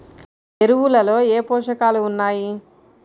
ఎరువులలో ఏ పోషకాలు ఉన్నాయి?